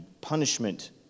punishment